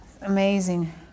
Amazing